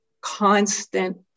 constant